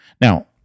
Now